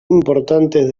importantes